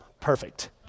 perfect